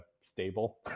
stable